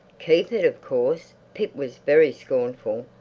keep it, of course! pip was very scornful.